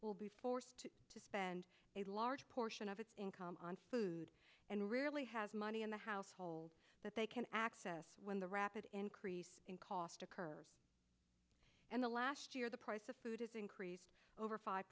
will be forced to spend a large portion of its income on food and rarely has money in the household that they can access when the rapid increase in cost occurs in the last year the price of food has increased over five